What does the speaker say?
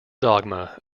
dogma